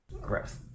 Gross